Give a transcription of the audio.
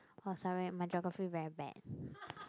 oh sorry my geography very bad